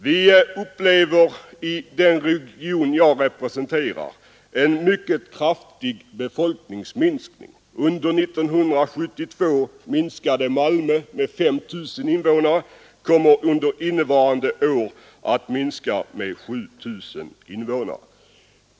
Vi upplever i den region som jag representerar en mycket kraftig befolkningsminskning. Under 1972 minskade Malmö med 5 000 invånare och kommer under innevarande år att minska med 7 000 invånare.